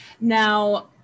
Now